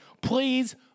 please